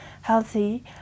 healthy